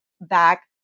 back